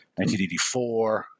1984